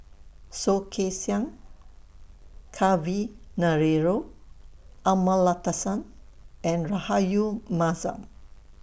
Soh Kay Siang Kavignareru Amallathasan and Rahayu Mahzam